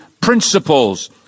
principles